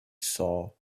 saw